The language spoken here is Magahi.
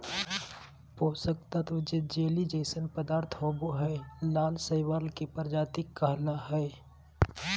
पोषक तत्त्व जे जेली जइसन पदार्थ होबो हइ, लाल शैवाल के प्रजाति कहला हइ,